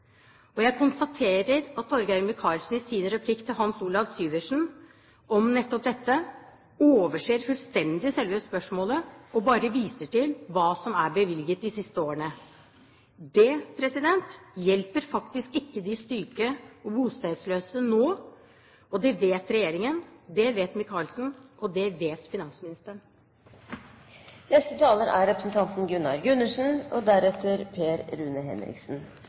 Jeg konstaterer at Torgeir Micaelsen i sin replikk til Hans Olav Syversen om nettopp dette overser fullstendig selve spørsmålet og bare viser til hva som er bevilget de siste årene. Det hjelper faktisk ikke de syke og bostedsløse nå. Det vet regjeringen, det vet Micaelsen, og det vet finansministeren. Vi kan vel være enige om at Norge er